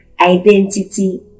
identity